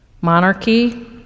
Monarchy